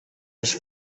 els